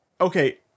okay